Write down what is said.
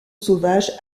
sauvage